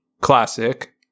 classic